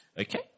Okay